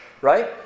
Right